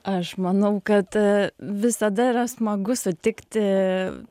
aš manau kad visada yra smagu sutikti